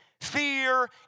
fear